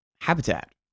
habitat